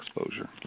exposure